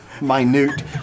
minute